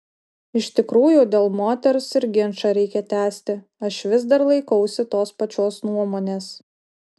iš tikrųjų dėl moters ir ginčą reikia tęsti aš vis dar laikausi tos pačios nuomonės